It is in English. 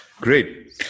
Great